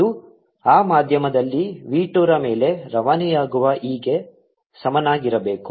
ಇದು ಆ ಮಾಧ್ಯಮದಲ್ಲಿ v 2 ರ ಮೇಲೆ ರವಾನೆಯಾಗುವ e ಗೆ ಸಮನಾಗಿರಬೇಕು